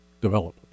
develop